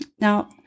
Now